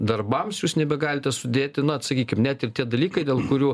darbams jūs nebegalite sudėti na sakykim net ir tie dalykai dėl kurių